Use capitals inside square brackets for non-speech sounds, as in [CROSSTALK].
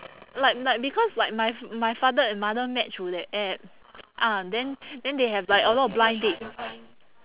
like like because like my f~ my father and mother met through that app [NOISE] ah then then they have like a lot of blind dates